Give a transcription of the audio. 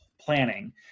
planning